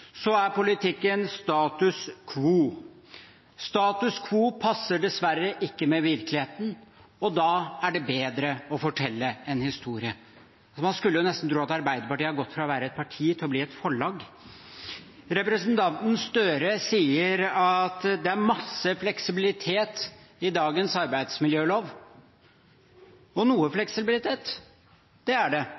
Status quo passer dessverre ikke med virkeligheten, så da er det bedre å fortelle en historie. Man skulle nesten tro at Arbeiderpartiet har gått fra å være et parti til å bli et forlag. Representanten Gahr Støre sier at det er masse fleksibilitet i dagens arbeidsmiljølov, og noe fleksibilitet er det, det har representanten Gahr Støre helt rett i, men jeg bare minner om at det